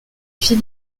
fit